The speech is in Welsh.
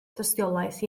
dystiolaeth